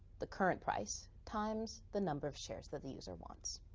the current price times the number of shares that the user wants.